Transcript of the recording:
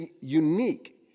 unique